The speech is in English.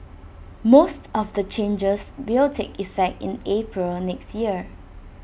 most of the changes will take effect in April next year